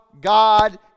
God